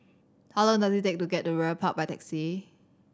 how long does it take to get to Ridley Park by taxi